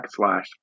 backslash